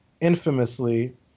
infamously